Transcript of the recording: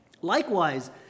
Likewise